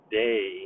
day